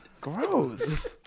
gross